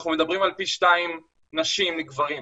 אנחנו מדברים על פי שניים נשים מגברים.